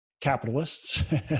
capitalists